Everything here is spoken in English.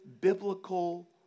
biblical